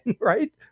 right